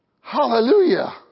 Hallelujah